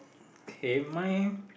okay mine